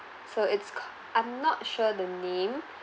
so it's c~ I'm not sure the name